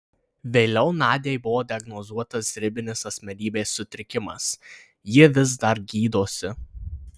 vėliau nadiai buvo diagnozuotas ribinis asmenybės sutrikimas ji vis dar gydosi